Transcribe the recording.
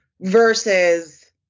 versus